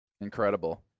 Incredible